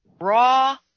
raw